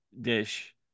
dish